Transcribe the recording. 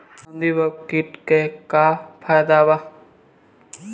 गंधी बग कीट के का फायदा बा?